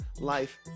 life